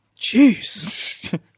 Jeez